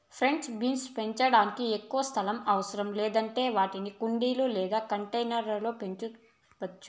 French beans పండించడానికి ఎక్కువ స్థలం అవసరం లేనందున వాటిని కుండీలు లేదా కంటైనర్ల లో పెంచవచ్చు